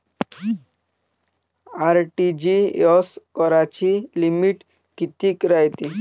RTGS कराची limit कितीक रायते?